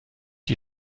die